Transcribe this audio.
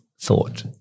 thought